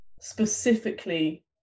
Specifically